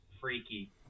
freaky